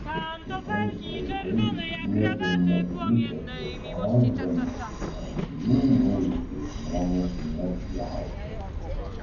kitais laikais net ir nepriteklių kęsdami arklių maistui žmonės nepjaudavo